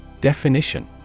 Definition